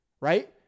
right